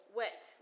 wet